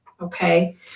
okay